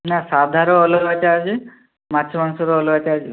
ନା ସାଧାର ଅଲଗା ଚାର୍ଜ୍ ମାଛ ମାଂସର ଅଲଗା ଚାର୍ଜ୍